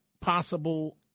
possible